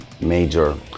major